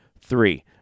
three